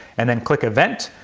and then click event,